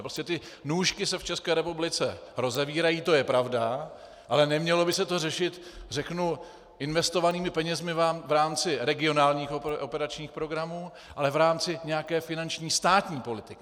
Prostě ty nůžky se v České republice rozevírají, to je pravda, ale nemělo by se to řešit investovanými penězi v rámci regionálních operačních programů, ale v rámci nějaké finanční státní politiky.